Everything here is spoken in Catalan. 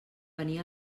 venir